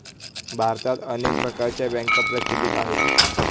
भारतात अनेक प्रकारच्या बँका प्रचलित आहेत